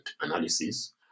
analysis